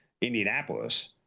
Indianapolis